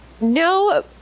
No